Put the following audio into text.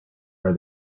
are